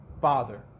Father